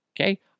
okay